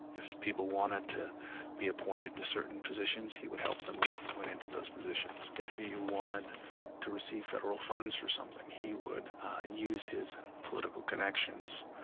if people wanted to be appointed to certain positions, he would help them get appointed to those positions. if you wanted to receive federal funds for something, he would use his political connections.